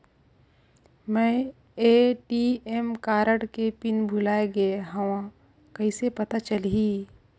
मैं ATM card के pin भुलाए गे हववं कइसे पता चलही?